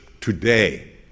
today